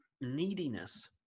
neediness